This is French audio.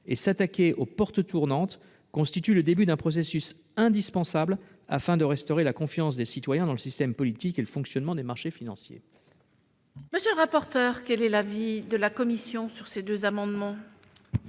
et « s'attaquer aux portes tournantes constitue le début d'un processus indispensable afin de restaurer la confiance des citoyens dans le système politique et le fonctionnement des marchés financiers ». Quel est l'avis de la commission ? Ces amendements